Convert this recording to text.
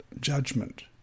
judgment